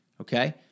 okay